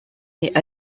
est